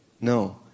No